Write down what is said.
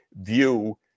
view